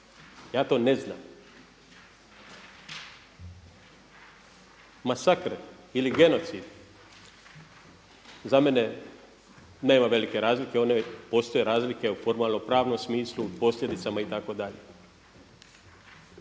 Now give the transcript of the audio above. Ja to ne znam. Masakr ili genocid za mene nema velike razlile, postoje razlike u formalnopravnom smislu u posljedicama itd.